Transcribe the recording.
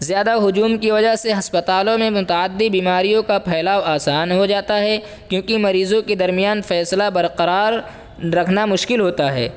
زیادہ ہجوم کی وجہ سے ہسپتالوں میں متعدی بیماریوں کا پھیلاؤ آسان ہو جاتا ہے کیونکہ مریضوں کے درمیان فیصلہ برقرار رکھنا مشکل ہوتا ہے